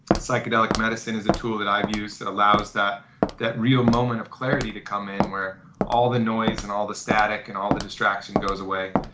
psychedelic medicine is a tool that i've used that allows that that real moment of clarity to come in where all the noise and all the static and all the distraction goes away.